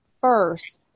first